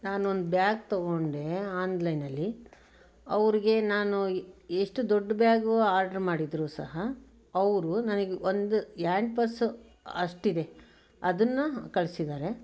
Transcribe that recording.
ನಾನೊಂದು ಬ್ಯಾಗ್ ತೊಗೊಂಡೆ ಆನ್ಲೈನಲ್ಲಿ ಅವ್ರಿಗೆ ನಾನು ಎಷ್ಟು ದೊಡ್ಡ ಬ್ಯಾಗು ಆರ್ಡ್ರು ಮಾಡಿದರೂ ಸಹ ಅವರು ನನಗೆ ಒಂದು ಹ್ಯಾಂಡ್ಪಸ್ ಅಷ್ಟಿದೆ ಅದನ್ನು ಕಳಿಸಿದ್ದಾರೆ